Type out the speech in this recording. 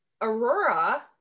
Aurora